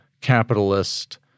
capitalist